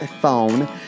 phone